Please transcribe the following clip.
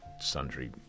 sundry